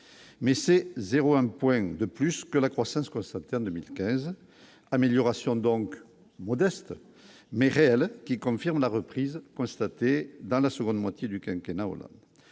mais c'est 0 1 point de plus que la croissance constatée en 2015 amélioration donc modeste mais réel, qui confirme la reprise constatée dans la seconde moitié du quinquennat Hollande